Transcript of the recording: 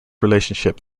relationship